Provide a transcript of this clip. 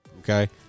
Okay